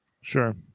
Sure